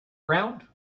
around